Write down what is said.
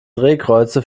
drehkreuze